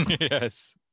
Yes